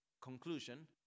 conclusion